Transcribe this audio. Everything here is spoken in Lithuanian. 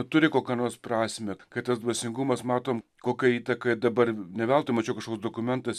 turi kokią nors prasmę kad tas dvasingumas matom kokią įtaką dabar ne veltui mačiau kažkoks dokumentas